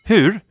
Hur